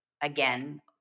again